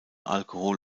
alkohol